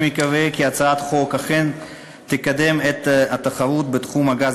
אני מקווה כי הצעת החוק אכן תקדם את התחרות בתחום הגז